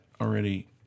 already